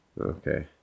Okay